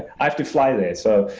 i have to fly there, so